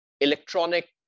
electronic